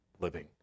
living